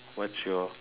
what's your